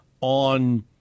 on